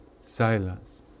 silence